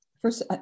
First